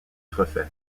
refait